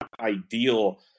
ideal